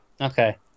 Okay